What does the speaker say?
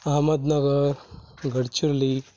Ahmednagar Gadchiroli